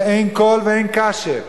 ואין קול ואין קשב.